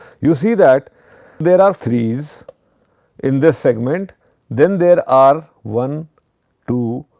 you see that there are threes in this segment then there are one two,